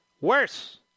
worse